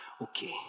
Okay